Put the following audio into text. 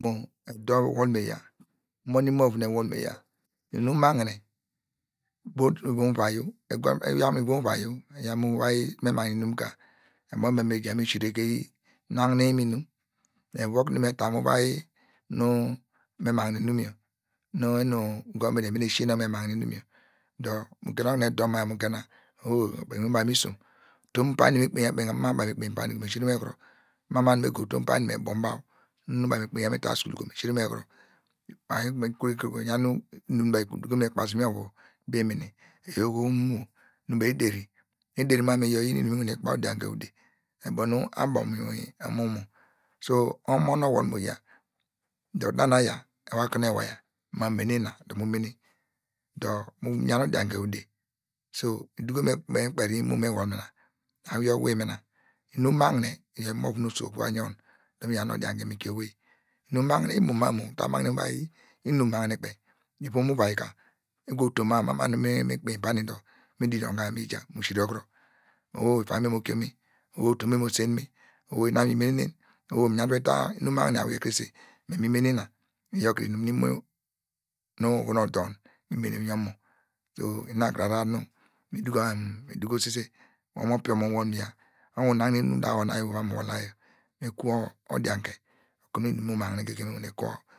edor wol meya, umon imo ovu nu ewol meya inum magne but ivom uvai yor, eyaw mu ivom uvai o eyaw mu uvai inum magne ka emon ubo mu eva me ja me sireke magnem inum eva okunu meta mu uvai nu mu magne inum yor nu govment emenen ya sieyor, dor mu gen okunu edo na yor mu gena, oho inwin baw mu isom utom pani me kpeinya kpeka mam mu baw me kpeniyi pani kom esire meyo kuro, me kuru go utom pani me bom baw, me kpeinya me ta school kom esire me yokuro ekevre baw eyan inum nu eduko me kpasi me vo, oyor oho nu me der mam mu iyor iyin inum nu mi wane kabaw odiante ude, oyor abo nu abo mu omo, so omo nu owey moya dor da nu aya ewake nu oyi iwaya mam mene ina dor mo mene dor mu yan odianke ude so nu duko me kperi imo me wol onu ohur na awiye owin mina, inum magne oyor imovu nu oso ogwa yon dor mi yaw nu odiante me kie owey, inum magne imo mam mu, muta magne mu uvai inum magne kpe, uvom uvai ka ugo utom nu mama me mi kpeinyi nani dor mi di idiom ka mija, mu sire yokuro, oh ifainy me mo kio me, oh utom me mo sen me oh ina imenen, oh mi da mita inum magne krese me mi yi mene ina iyor kre inum nu oho me odor mi menene mu inwin omo so ina kre ahrar nu mi duko mam mu mi duko sise, wor omopin omo uwol muya mu nagne eni da wor nu ayi wor nu uva mu wol la yor mi kwo odianke, okunu inum nu mu magne goge mi wane kuo.